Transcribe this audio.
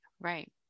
right